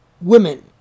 women